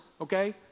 okay